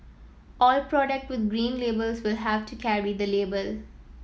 all product with Green Labels will have to carry the label